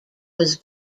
was